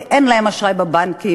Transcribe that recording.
כי אין להם אשראי בבנקים,